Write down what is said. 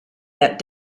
that